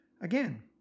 Again